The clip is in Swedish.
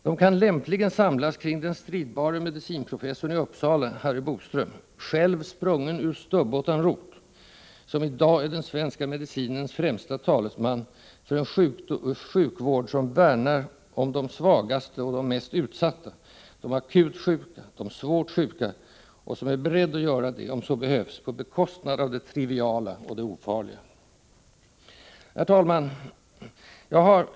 De kan lämpligen samlas kring den stridbare medicinprofessorn i Uppsala Harry Boström — själv sprungen ur stubbotan rot — som i dag är den svenska medicinens främste talesman för en sjukvård som värnar om de svagaste och mest utsatta: de akut sjuka och de svårt sjuka, och som är beredd att göra detta — om så behövs — på bekostnad av det triviala och det ofarliga. Herr talman!